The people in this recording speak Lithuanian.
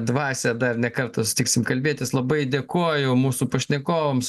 dvasią dar ne kartą sutiksim kalbėtis labai dėkoju mūsų pašnekovams